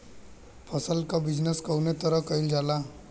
फसल क बिजनेस कउने तरह कईल जाला?